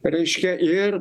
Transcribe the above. reiškia ir